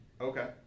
Okay